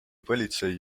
politsei